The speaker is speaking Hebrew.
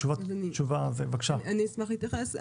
אני אשמח להתייחס.